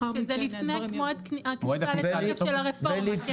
שזה לפני מועד הכניסה לתוקף של הרפורמה.